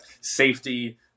safety